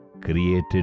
created